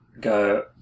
go